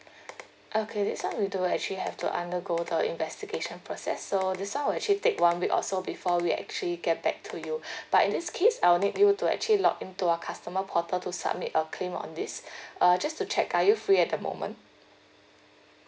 okay this one we do actually have to undergo the investigation process so this [one] will actually take one week or so before we actually get back to you but in this case I will need you to actually login to our customer portal to submit a claim on this err just to check are you free at the moment